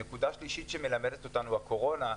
דבר שלישי, כמו שמלמדת אותנו הקורונה,